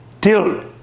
till